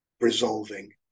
resolving